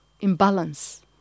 imbalance